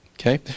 Okay